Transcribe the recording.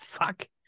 fuck